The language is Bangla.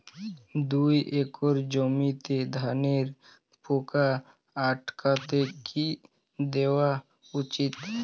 দুই একর জমিতে ধানের পোকা আটকাতে কি দেওয়া উচিৎ?